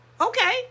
Okay